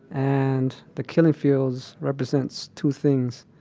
and the killing fields represent two things.